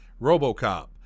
Robocop